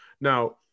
Now